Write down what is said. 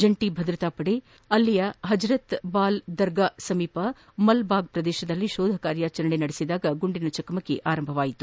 ಜಂಟಿ ಭದ್ರತಾ ಪಡೆ ಇಲ್ಲಿನ ಹಜರತ್ಬಾಲ್ ದರ್ಗಾ ಬಳಿಯ ಮಲ್ಲಾಗ್ ಪ್ರದೇಶದಲ್ಲಿ ಶೋಧ ಕಾರ್ಯಾಚರಣೆ ನಡೆಸಿದಾಗ ಗುಂಡಿನ ಚಕಮಕಿ ನಡೆದಿದೆ